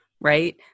right